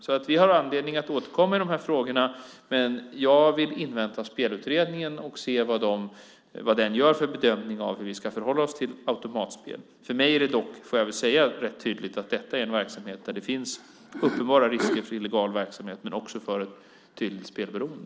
Vi har alltså anledning att återkomma i dessa frågor, men jag vill invänta Spelutredningen och se vad den gör för bedömning av hur vi ska förhålla oss till automatspel. För mig är det dock rätt tydligt att detta är ett område med uppenbara risker för illegal verksamhet, men också för ett tydligt spelberoende.